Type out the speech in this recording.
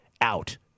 out